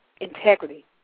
integrity